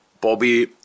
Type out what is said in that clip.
Bobby